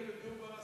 דיור בר-השגה.